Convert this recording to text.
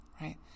right